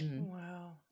Wow